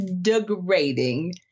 degrading